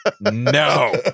No